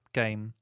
game